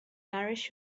nourish